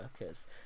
workers